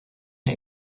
der